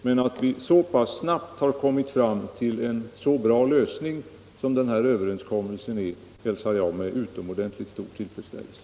Men att vi så pass snabbt kommit fram till en så bra lösning som den här överenskommelsen hälsar jag med utomordentligt stor tillfredsställelse.